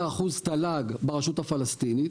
היא 15% תל"ג ברשות הפלסטינית.